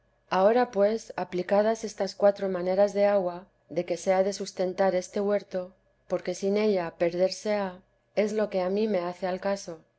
ahora pues aplicadas estas cuatro maneras de agua de que se ha de sustentar este huerto porque sin ella perderse ha es lo que a mí me hace al caso